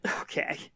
Okay